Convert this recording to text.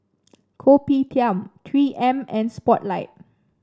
Kopitiam Three M and Spotlight